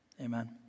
Amen